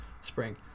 spring